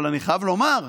אבל אני חייב לומר,